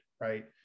right